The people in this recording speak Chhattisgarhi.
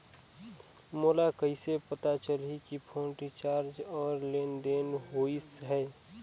मोला कइसे पता चलही की फोन रिचार्ज और लेनदेन होइस हे?